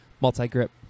multi-grip